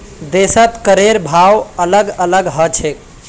देशत करेर भाव अलग अलग ह छेक